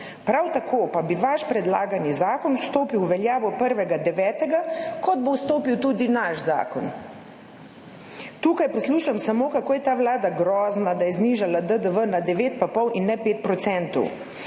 Prav tako pa bi vaš predlagani zakon stopil v veljavo 1. 9., kot bo stopil tudi naš zakon. Tukaj poslušam samo, kako je ta vlada grozna, da je znižala DDV na 9,5 in ne 5 %.